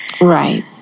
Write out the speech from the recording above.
right